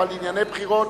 אבל לענייני בחירות,